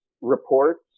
reports